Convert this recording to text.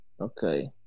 okay